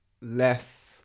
less